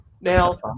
Now